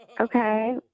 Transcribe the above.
Okay